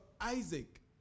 Isaac